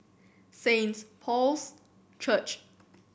Saint Paul's Church